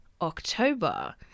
October